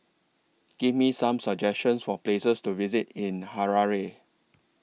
Give Me Some suggestions For Places to visit in Harare